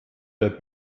der